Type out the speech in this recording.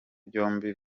byombi